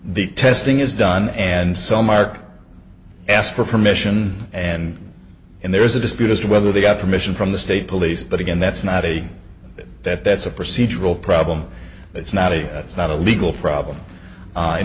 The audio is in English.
the testing is done and so mark asked for permission and in there is a dispute as to whether they got permission from the state police but again that's not a that that's a procedural problem it's not a it's not a legal problem